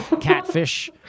catfish